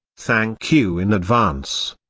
thank you in advance.